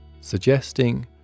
suggesting